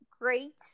great